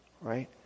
right